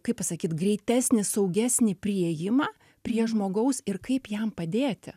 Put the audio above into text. kaip pasakyt greitesnį saugesnį priėjimą prie žmogaus ir kaip jam padėti